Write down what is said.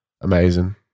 amazing